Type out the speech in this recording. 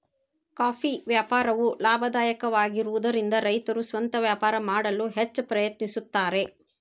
coffee ವ್ಯಾಪಾರವು ಲಾಭದಾಯಕವಾಗಿರುವದರಿಂದ ರೈತರು ಸ್ವಂತ ವ್ಯಾಪಾರ ಮಾಡಲು ಹೆಚ್ಚ ಪ್ರಯತ್ನಿಸುತ್ತಾರೆ